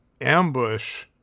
ambush